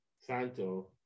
Santo